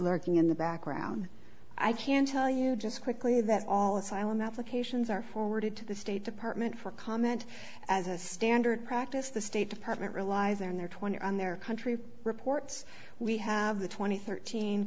lurking in the background i can tell you just quickly that all asylum applications are forwarded to the state department for comment as a standard practice the state department relies are in their twenty's and their country reports we have the tw